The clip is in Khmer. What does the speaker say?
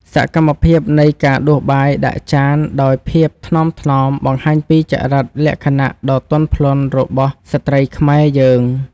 សកម្មភាពនៃការដួសបាយដាក់ចានដោយភាពថ្នមៗបង្ហាញពីចរិតលក្ខណៈដ៏ទន់ភ្លន់របស់ស្ត្រីខ្មែរយើង។